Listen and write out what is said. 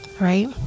right